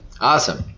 awesome